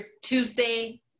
Tuesday